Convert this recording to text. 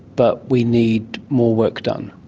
but we need more work done.